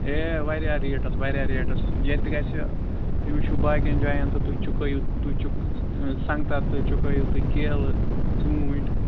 ہے واریاہ ریٹ ٲس واریاہ ریٹ ٲس ییٚتہِ گژھِ تُہۍ وٕچھِو باقٕیَن جایَن تہٕ تُہۍ چُکٲیِو تُہۍ چُکہٕ سنٛگتَر تُہۍ چُکٲیِو تُہۍ کیلہٕ ژوٗنٛٹۍ